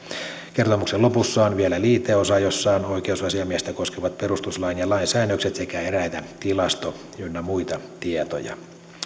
kertomuksen lopussa on vielä liiteosa jossa on oikeusasiamiestä koskevat perustuslain ja lain säännökset sekä eräitä tilasto ynnä muita tietoja